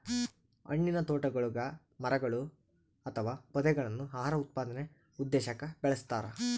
ಹಣ್ಣಿನತೋಟಗುಳಗ ಮರಗಳು ಅಥವಾ ಪೊದೆಗಳನ್ನು ಆಹಾರ ಉತ್ಪಾದನೆ ಉದ್ದೇಶಕ್ಕ ಬೆಳಸ್ತರ